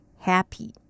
happy